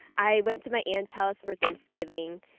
i went to my aunt's house for thanksgiving.